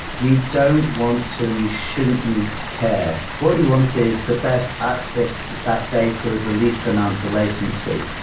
you don't want to and you shouldn't need to care. what you want is the best access to that that data with the least amount of latency.